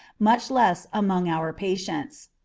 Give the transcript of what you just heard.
much less among our patients.